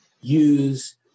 use